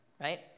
right